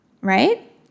Right